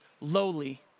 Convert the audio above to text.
lowly